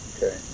Okay